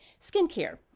skincare